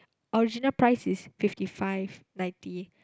original price is fifty five ninety